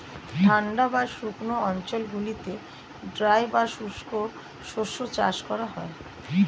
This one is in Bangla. ঠান্ডা বা শুকনো অঞ্চলগুলিতে ড্রাই বা শুষ্ক শস্য চাষ করা হয়